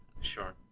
Sure